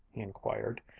he inquired,